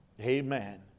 Amen